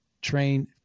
train